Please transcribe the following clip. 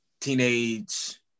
teenage